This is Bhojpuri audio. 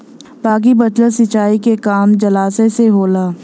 बाकी बचल सिंचाई के काम जलाशय से होला